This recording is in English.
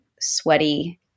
sweaty